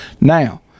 Now